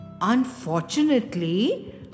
Unfortunately